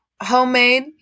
homemade